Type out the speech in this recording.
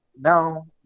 no